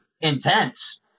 intense